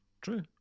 True